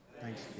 Thanks